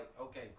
okay